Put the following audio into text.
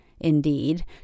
indeed